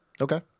Okay